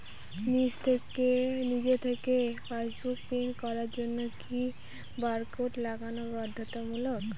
নিজে থেকে passbook print করার জন্য কি বারকোড লাগানো বাধ্যতামূলক?